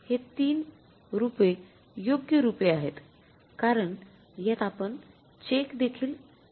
हे ३ रूपे योग्य रूपे आहेत कारण कारण यात आपण चेक देखील लागू करू शकता